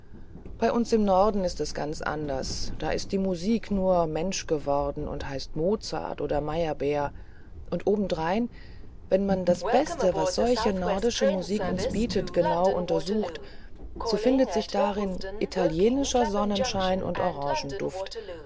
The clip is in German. bei uns im norden ist es ganz anders da ist die musik nur mensch geworden und heißt mozart oder meyerbeer und obendrein wenn man das beste was solche nordische musiker uns bieten genau untersucht so findet sich darin italienischer sonnenschein und orangenduft